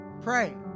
Pray